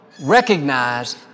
Recognize